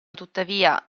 tuttavia